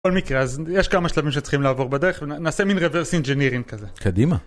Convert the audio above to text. בכל מקרה, אז יש כמה שלבים שצריכים לעבור בדרך ונעשה מין reverse engineering כזה. קדימה.